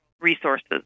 resources